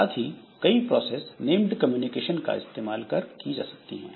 साथ ही कई सारी प्रोसेस नेम्ड पाइप का इस्तेमाल कर कम्युनिकेशन कर सकती है